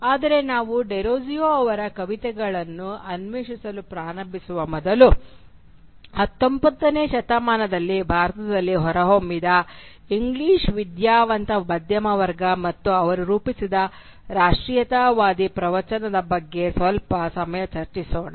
ಆದರೆ ನಾವು ಡೆರೋಜಿಯೊ ಅವರ ಕವಿತೆಗಳನ್ನು ಅನ್ವೇಷಿಸಲು ಪ್ರಾರಂಭಿಸುವ ಮೊದಲು 19 ನೇ ಶತಮಾನದಲ್ಲಿ ಭಾರತದಲ್ಲಿ ಹೊರಹೊಮ್ಮಿದ ಇಂಗ್ಲಿಷ್ ವಿದ್ಯಾವಂತ ಮಧ್ಯಮ ವರ್ಗ ಮತ್ತು ಅವರು ರೂಪಿಸಿದ ರಾಷ್ಟ್ರೀಯತಾವಾದಿ ಪ್ರವಚನದ ಬಗ್ಗೆ ಸ್ವಲ್ಪ ಸಮಯ ಚರ್ಚಿಸೋಣ